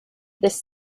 this